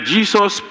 Jesus